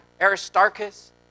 Aristarchus